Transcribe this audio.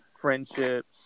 friendships